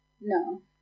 no